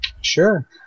Sure